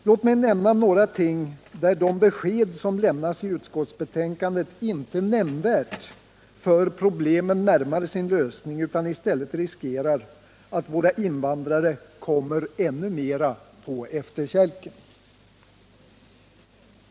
Låt mig nämna några ting, där de besked som lämnas i utskottsbetänkandet inte nämnvärt för problemen närmare sin lösning utan i stället gör att våra invandrare riskerar att komma ännu mera på efterkälken.